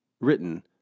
written